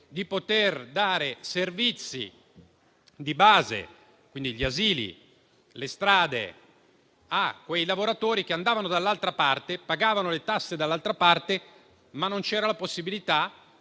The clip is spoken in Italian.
di dare servizi di base (gli asili, le strade) ai lavoratori che andavano a lavorare dall'altra parte e pagavano le tasse dall'altra parte, ma non c'era la possibilità